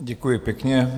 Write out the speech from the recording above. Děkuji pěkně.